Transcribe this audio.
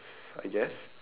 I guess